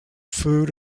food